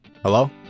Hello